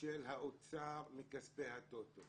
של האוצר מכספי הטוטו.